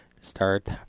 start